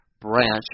branch